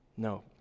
no